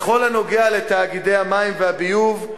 בכל הקשור לתאגידי המים והביוב,